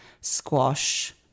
squash